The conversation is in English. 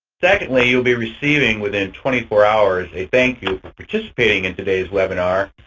secondly, you'll be receiving within twenty four hours, a thank you for participating in today's webinar.